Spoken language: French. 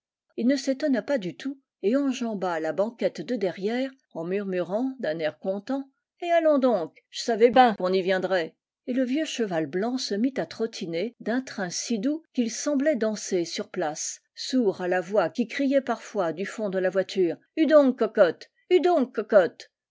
ii ne s'étonna pas du tout et enjamba la banquette de derrière en murmurant d'un air content et allons donc j'savais ben qu'on y viendrait et le vieux cheval blanc se mit à trottiner d'un train si doux qu'il semblait danser sur place sourd à la voix qui criait parfois du fond de la voiture hue donc cocotte hue donc cocotte